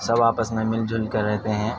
سب آپس میں مل جل کے رہتے ہیں